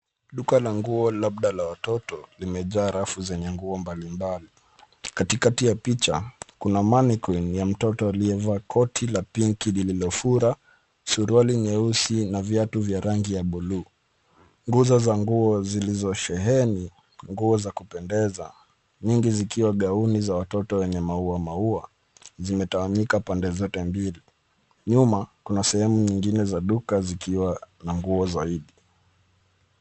Duka la nguo labda la watoto limejaa rafu zenye nguo mbalimbali katikati ya picha kuna mannequin (cs) ya mtoto aliyevaa koti la pinki lililofura, suruali nyeusi na viatu vya rangi ya bluu. Nguzo za nguo zilizosheheni nguo za kupendeza nyingi zikiwa gauni za watoto wenye mauwamauwa zimetawanyika pande zote mbili , nyuma kuna sehemu nyingine za duka zikiwa na nguo zaidi.